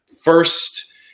first